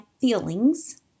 feelings